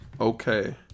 Okay